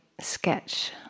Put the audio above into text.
sketch